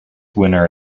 winner